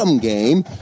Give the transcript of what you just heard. game